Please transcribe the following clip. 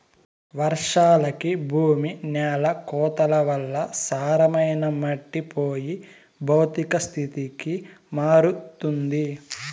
వర్షాలకి భూమి న్యాల కోతల వల్ల సారమైన మట్టి పోయి భౌతిక స్థితికి మారుతుంది